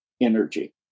energy